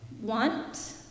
want